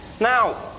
Now